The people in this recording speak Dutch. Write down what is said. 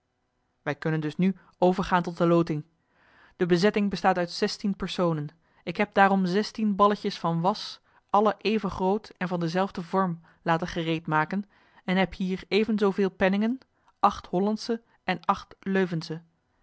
wij kunnen dus nu overgaan tot de loting de bezetting bestaat uit zestien personen ik heb daarom zestien balletjes van was alle even groot en van denzelfden vorm laten gereedmaken en heb hier even zooveel penningen acht hollandsche en acht leuvensche